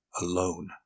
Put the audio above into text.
alone